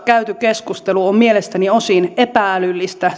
käyty keskustelu on mielestäni osin epä älyllistä